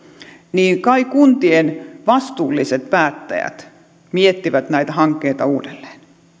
niin kai kuntien vastuulliset päättäjät miettivät näitä hankkeita uudelleen